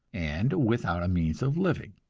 and without means of living.